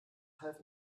half